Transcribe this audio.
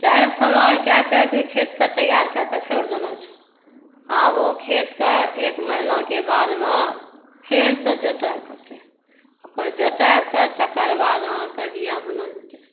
चैर समार कै कै कऽ खेतक तैआर कैक छोड़ि देने छै आब ओ खेतके एक महिनाक बादमे फेरसॅं जोतय परतै जोताइक तेकर बाद अहाँके बीया बुनल जेतै